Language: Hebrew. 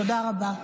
תודה רבה.